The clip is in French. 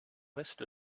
reste